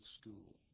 school